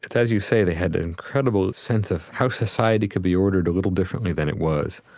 as you say, they had an incredible sense of how society could be ordered a little differently than it was.